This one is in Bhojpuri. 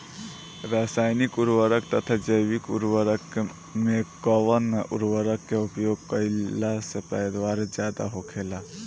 रसायनिक उर्वरक तथा जैविक उर्वरक में कउन उर्वरक के उपयोग कइला से पैदावार ज्यादा होखेला?